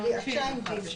הצ'יינג'ים.